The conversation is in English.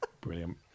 Brilliant